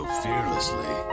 fearlessly